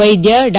ವೈದ್ಯ ಡಾ